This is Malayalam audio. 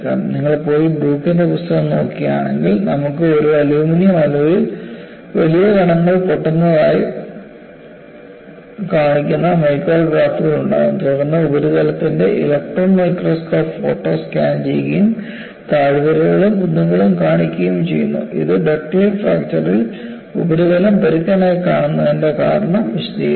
നിങ്ങൾ പോയി ബ്രൂക്കിന്റെ പുസ്തകം നോക്കുകയാണെങ്കിൽ നമുക്ക് ഒരു അലുമിനിയം അലോയ്യിൽ വലിയ കണങ്ങൾ പൊട്ടുന്നതായി കാണിക്കുന്ന മൈക്രോഗ്രാഫുകൾ ഉണ്ടാകും തുടർന്ന് ഉപരിതലത്തിന്റെ ഇലക്ട്രോൺ മൈക്രോസ്കോപ്പ് ഫോട്ടോ സ്കാൻ ചെയ്യുകയും താഴ്വരകളും കുന്നുകളും കാണിക്കുകയും ചെയ്യുന്നു ഇത് ഡക്റ്റൈൽ ഫ്രാക്ചർ ഇൽ ഉപരിതലം പരുക്കനായി കാണുന്നതിൻറെ കാരണം വിശദീകരിക്കുന്നു